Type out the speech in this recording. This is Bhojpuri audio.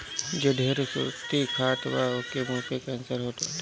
जे ढेर सुरती खात बा ओके के मुंहे के कैंसर होत बाटे